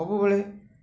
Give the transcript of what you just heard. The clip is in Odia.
ସବୁବେଳେ